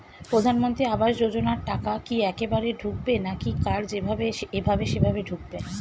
প্রধানমন্ত্রী আবাস যোজনার টাকা কি একবারে ঢুকবে নাকি কার যেভাবে এভাবে সেভাবে ঢুকবে?